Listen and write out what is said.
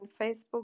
Facebook